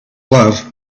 love